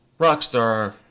Rockstar